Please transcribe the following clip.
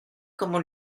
comment